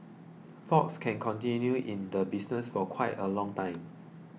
fox can continue in the business for quite a long time